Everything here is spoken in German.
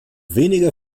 weniger